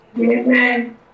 Amen